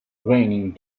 raining